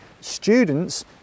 students